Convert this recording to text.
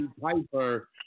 Piper